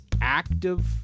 active